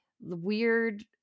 weird